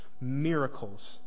miracles